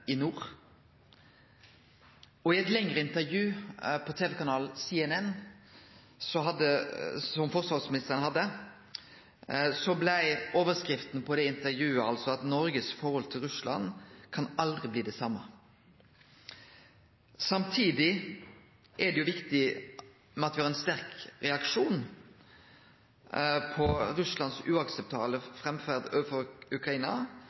i nord. I eit lengre intervju på tv-kanalen CNN med forsvarsministeren blei overskrifta at Noregs forhold til Russland aldri kan bli det same. Samtidig som det er viktig at me har ein sterk reaksjon på Russlands uakseptable framferd overfor Ukraina,